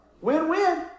Win-win